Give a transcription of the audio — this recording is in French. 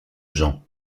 jean